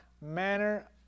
manner